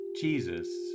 Jesus